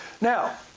Now